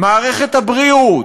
מערכת הבריאות,